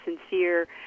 sincere